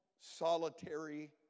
solitary